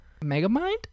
megamind